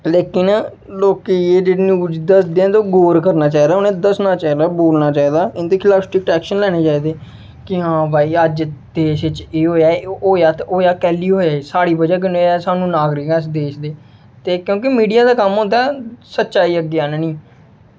लेकिन लोकें गी एह् जेह्ड़ी न्यूज़ दसदे न ते ओह् गौर करना चाहिदा उ'नें दस्सना चाहिदा बोलना चाहिदा इं'दे खलाफ स्ट्रिक्ट एक्शन लैने चाहिदे कि हां भाई अज्ज देश च एह् होया ते होया ते होया केह्ली होया साढ़ी बजह् कन्नै होया अस नागरिक आं देश दे क्योंकि मीडिया दा कम्म होंदा सच्चाई अग्गें आह्नन्नी